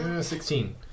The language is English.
Sixteen